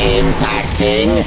impacting